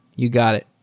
you got it.